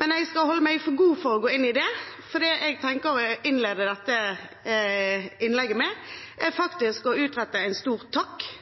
Men jeg skal holde meg for god til å gå inn i det, for det jeg tenker å innlede dette innlegget med, er å rette en stor takk